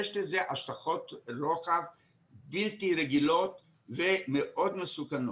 יש לזה השלכות רוחב בלתי רגילות ומאוד מסוכנות.